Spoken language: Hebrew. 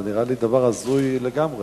זה נראה לי דבר הזוי לגמרי.